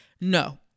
no